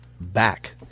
back